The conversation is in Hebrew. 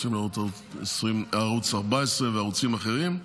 רוצים לראות ערוץ 14 וערוצים אחרים.